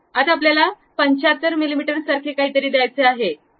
आता आपल्याला 75 मिलिमीटर सारखे काहीतरी द्यायचे आहे